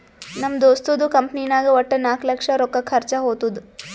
ನಮ್ ದೋಸ್ತದು ಕಂಪನಿನಾಗ್ ವಟ್ಟ ನಾಕ್ ಲಕ್ಷ ರೊಕ್ಕಾ ಖರ್ಚಾ ಹೊತ್ತುದ್